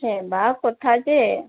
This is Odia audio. ହେବା କଥା ଯେ